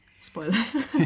Spoilers